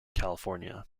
california